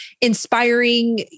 inspiring